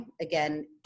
Again